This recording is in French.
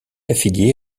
affilié